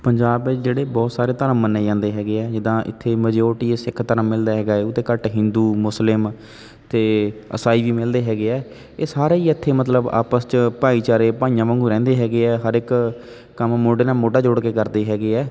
ਪੰਜਾਬ ਵਿੱਚ ਜਿਹੜੇ ਬਹੁਤ ਸਾਰੇ ਧਰਮ ਮੰਨੇ ਜਾਂਦੇ ਹੈਗੇ ਹੈ ਜਿੱਦਾਂ ਇੱਥੇ ਮਜੋਰਟੀ ਸਿੱਖ ਧਰਮ ਮਿਲਦਾ ਹੈਗਾ ਉਹ ਤੋਂ ਘੱਟ ਹਿੰਦੂ ਮੁਸਲਿਮ ਅਤੇ ਇਸਾਈ ਵੀ ਮਿਲਦੇ ਹੈਗੇ ਹੈ ਇਹ ਸਾਰੇ ਹੀ ਇੱਥੇ ਮਤਲਬ ਆਪਸ 'ਚ ਭਾਈਚਾਰੇ ਭਾਈਆਂ ਵਾਂਗੂੰ ਰਹਿੰਦੇ ਹੈਗੇ ਹੈ ਹਰ ਇੱਕ ਕੰਮ ਮੋਢੇ ਨਾਲ ਮੋਢਾ ਜੋੜ ਕੇ ਕਰਦੇ ਹੈਗੇ ਹੈ